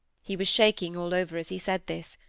he was shaking all over as he said this.